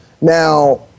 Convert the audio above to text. Now